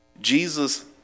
Jesus